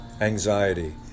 Anxiety